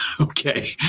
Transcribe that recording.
Okay